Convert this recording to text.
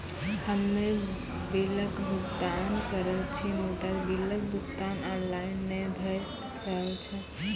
हम्मे बिलक भुगतान के रहल छी मुदा, बिलक भुगतान ऑनलाइन नै भऽ रहल छै?